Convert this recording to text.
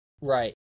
Right